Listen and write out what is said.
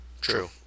True